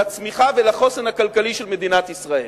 לצמיחה ולחוסן הכלכלי של מדינת ישראל.